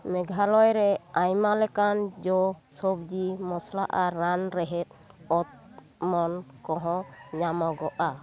ᱢᱮᱜᱷᱟᱞᱚᱭ ᱨᱮ ᱟᱭᱢᱟ ᱞᱮᱠᱟᱱ ᱡᱚ ᱥᱚᱵᱽᱡᱤ ᱢᱚᱥᱞᱟ ᱟᱨ ᱨᱟᱱ ᱨᱮᱦᱮᱫᱽ ᱚᱛᱢᱚᱱ ᱠᱚᱦᱚᱸ ᱧᱟᱢᱚᱜᱚᱜᱼᱟ